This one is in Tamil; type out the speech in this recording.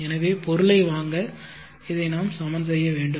எனவே பொருளை வாங்க இதை நாம் சமன் செய்ய வேண்டும்